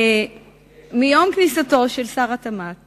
מיום כניסתו של שר התמ"ת